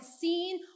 seen